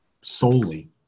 solely